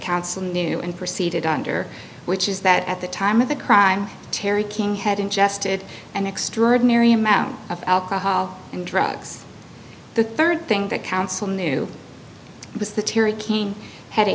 counsel knew and proceeded under which is that at the time of the crime terry king had ingested an extraordinary amount of alcohol and drugs the third thing the council knew was the terry king had a